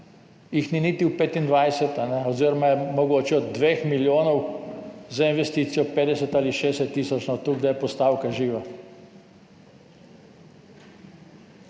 jih ni niti v 2025 oziroma je mogoče od 2 milijonov za investicije 50 ali 60 tisoč, toliko, da je postavka živa.